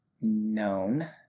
known